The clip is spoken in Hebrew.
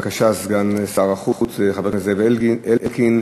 בבקשה, סגן שר החוץ, חבר הכנסת זאב אלקין.